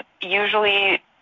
usually